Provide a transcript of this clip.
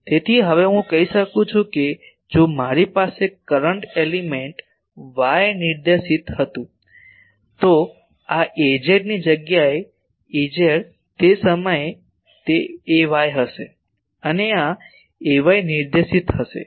તેથી હવે હું કહી શકું છું કે જો મારી પાસે કરંટ એલિમેન્ટ વાય નિર્દેશિત હતું તો આ Az ની જગ્યાએ Az તે સમયે તે Ay હશે અને આ Ay નિર્દેશિત હશે